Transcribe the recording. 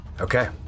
Okay